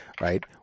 right